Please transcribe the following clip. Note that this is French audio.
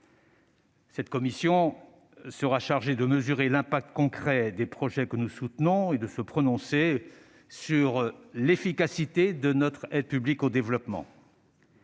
Cette commission sera chargée de mesurer l'impact concret des projets que nous soutenons et de se prononcer sur l'efficacité de notre aide publique au développement.